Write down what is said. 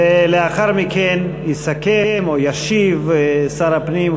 לאחר מכן יסכם או ישיב שר הפנים,